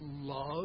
love